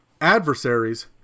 adversaries